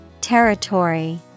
Territory